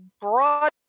broad